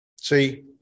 See